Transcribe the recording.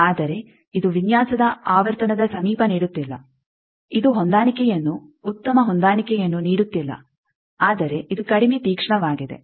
ಆದರೆ ಇದು ವಿನ್ಯಾಸದ ಆವರ್ತನದ ಸಮೀಪ ನೀಡುತ್ತಿಲ್ಲ ಇದು ಹೊಂದಾಣಿಕೆಯನ್ನು ಉತ್ತಮ ಹೊಂದಾಣಿಕೆಯನ್ನು ನೀಡುತ್ತಿಲ್ಲ ಆದರೆ ಇದು ಕಡಿಮೆ ತೀಕ್ಷ್ಣವಾಗಿದೆ